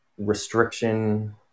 Restriction